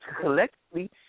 collectively